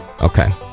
Okay